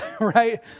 right